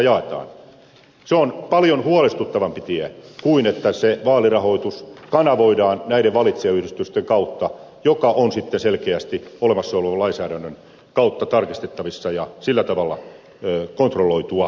se on paljon huolestuttavampi tie kuin se että vaalirahoitus kanavoidaan näiden valitsijayhdistysten kautta ja se on sitten selkeästi olemassa olevan lainsäädännön kautta tarkistettavissa ja sillä tavalla kontrolloitua